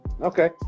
Okay